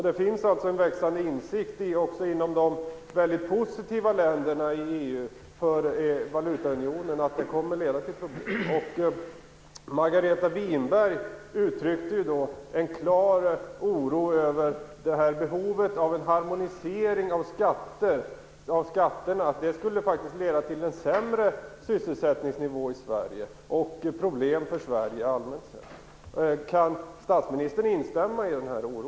Det finns alltså en växande insikt också inom de väldigt positiva länderna inom EU om att valutaunionen kommer att leda till problem. Margareta Winberg uttryckte en klar oro över att behovet av en harmonisering av skatter faktiskt skulle kunna leda till en sämre sysselsättningsnivå i Sverige och problem för Sverige allmänt sett. Kan statsministern instämma i denna oro?